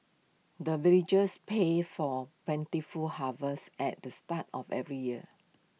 the villagers pay for plentiful harvest at the start of every year